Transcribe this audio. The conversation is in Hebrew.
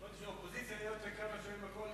באופוזיציה יותר קל לשבת מאשר בקואליציה.